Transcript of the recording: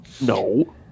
no